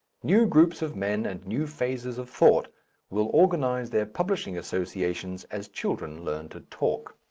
new groups of men and new phases of thought will organize their publishing associations as children learn to talk.